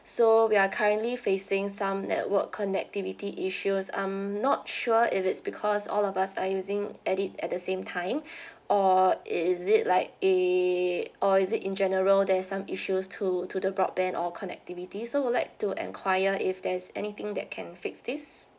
so we are currently facing some network connectivity issues I'm not sure if it's because all of us are using at it at the same time or is it like a or is it in general there's some issues to to the broadband or connectivity so I'd like to enquire if there's anything that can fix this